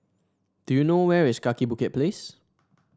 do you know where is Kaki Bukit Place